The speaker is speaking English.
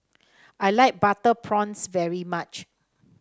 I like Butter Prawns very much